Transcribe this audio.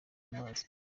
amazi